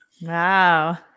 Wow